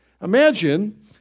Imagine